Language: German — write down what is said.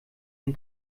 den